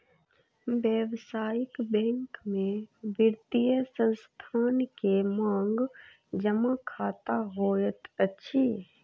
व्यावसायिक बैंक में वित्तीय संस्थान के मांग जमा खता होइत अछि